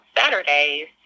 Saturdays